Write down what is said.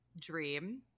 dream